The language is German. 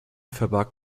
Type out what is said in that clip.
verbarg